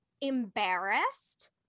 embarrassed